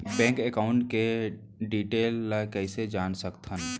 Bank account के detail ल कइसे जान सकथन?